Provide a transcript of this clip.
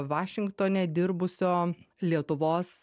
vašingtone dirbusio lietuvos